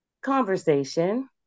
Conversation